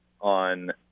on